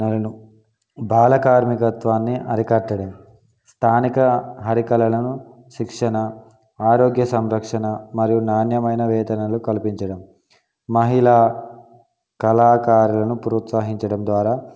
బాలకార్మికత్వాన్ని అరికట్టడం స్థానిక హరికలలను శిక్షణ ఆరోగ్య సంరక్షణ మరియు నాణ్యమైన వేతనలు కల్పించడం మహిళా కళాకారులను ప్రోత్సహించడం ద్వారా